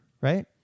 right